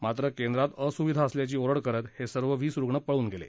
मात्र केंद्रात असुविधा असल्याची ओरड करत ते सर्व वीस रुग्णं पळून गेले